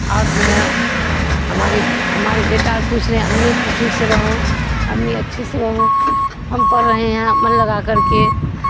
اور جو ہیں ہماری ہمارے بیٹا پوچھ رہے ہیں امی تو ٹھیک سے رہو امی اچھے سے رہو ہم پڑھ رہے ہیں من لگا کر کے